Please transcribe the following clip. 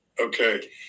Okay